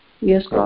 Yes